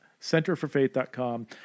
centerforfaith.com